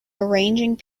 arranging